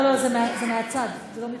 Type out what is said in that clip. זה לא מפה.